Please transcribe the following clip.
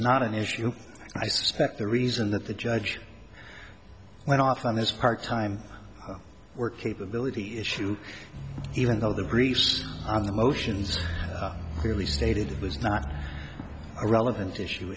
not an issue i suspect the reason that the judge went off on his part time work capability issue even though the briefs on the motions clearly stated it was not a relevant issue